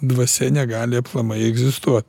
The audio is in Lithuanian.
dvasia negali aplamai egzistuo